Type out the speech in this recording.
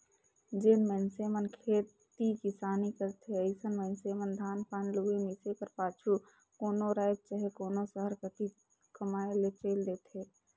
जेन मइनसे मन खेती किसानी करथे अइसन मइनसे मन धान पान लुए, मिसे कर पाछू कोनो राएज चहे कोनो सहर कती कमाए ले चइल देथे